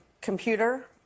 computer